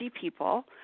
people